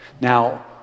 Now